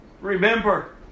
Remember